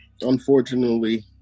unfortunately